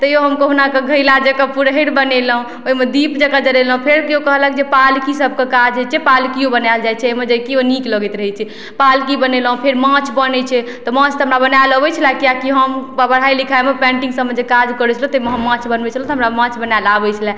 तैयौ हम कहुनाके घैला जकाँ पुरहरि बनेलहुँ ओइमे दीप जकाँ जरैलहुँ फेर केओ कहलक जे पालकी सबके काज होइ छै पालकियो बनायल जाइ छै अइमे जे कि ओ नीक लगैत रहय छै पालकी बनेलहुँ फेर माछ बनय छै तऽ माछ तऽ हमरा बनायल अबय छलै किएक कि हम पढ़ाइ लिखाइमे पेन्टिंग सबमे जे काज करय छलहुँ तैमे हम माछ बनबय छलहुँ तऽ हमरा माछ बनायल आबय छलै